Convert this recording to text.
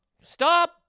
Stop